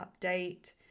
update